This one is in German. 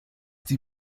die